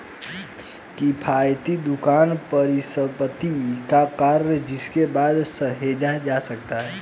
किफ़ायती दुकान परिसंपत्ति का कार्य है जिसे बाद में सहेजा जा सकता है